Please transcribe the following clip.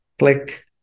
click